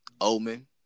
Omen